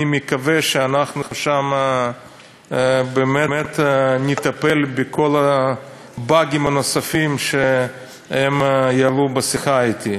אני מקווה שאנחנו שם באמת נטפל בכל הבאגים הנוספים שהם יעלו בשיחה אתי.